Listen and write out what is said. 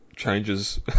Changes